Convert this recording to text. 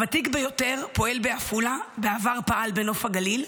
הוותיק ביותר פועל בעפולה, בעבר פעל בנוף הגליל,